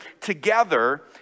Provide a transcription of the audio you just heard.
together